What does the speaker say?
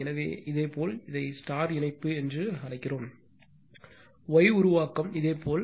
எனவே இதேபோல் இதை இணைப்பு என்று அழைக்கிறோம் Y உருவாக்கம் இதேபோல்